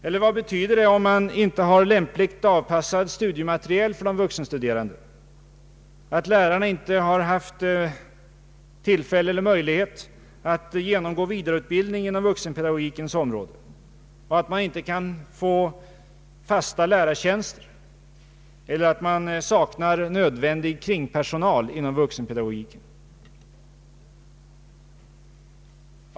Eller vad betyder det om man inte har lämpligt avpassat studiematerial för de vuxenstuderande, att lärarna inte haft tillfälle eller möjlighet att genomgå vidareutbildningen på vuxenutbildningens område och att man inte kan få fasta lärartjänster eller att man sak nar nödvändig kringpersonal inom vuxenpedagogiken?